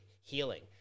healing